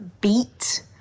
BEAT